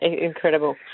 incredible